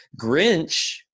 Grinch